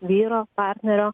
vyro partnerio